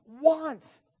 wants